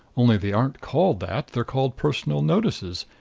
only they aren't called that. they're called personal notices.